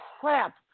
crap